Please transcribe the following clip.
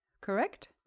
Correct